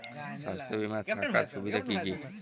স্বাস্থ্য বিমা থাকার সুবিধা কী কী?